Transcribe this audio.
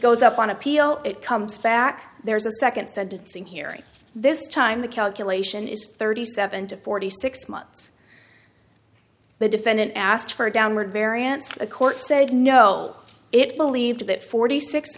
goes up on appeal it comes back there's a second sentence in hearing this time the calculation is thirty seven to forty six months the defendant asked for a downward variance a court said no it believed that forty six